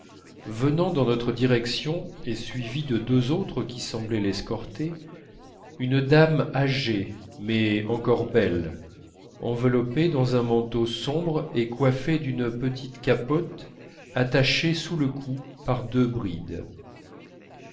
venant dans notre direction et suivie de deux autres qui semblaient l'escorter une dame âgée mais encore belle enveloppée dans un manteau sombre et coiffée d'une petite capote attachée sous le cou par deux brides